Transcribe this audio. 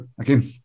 again